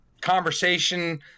conversation